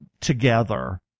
together